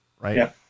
Right